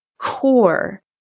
Core